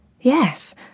Yes